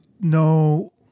No